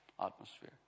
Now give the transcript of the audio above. Atmosphere